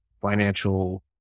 financial